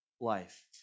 life